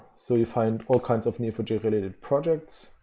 so you find all kinds of n e o four j related projects,